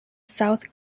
south